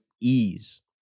ease